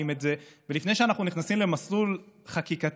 את זה ולפני שאנחנו נכנסים למסלול חקיקתי,